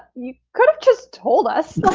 you could have just told us.